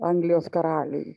anglijos karaliui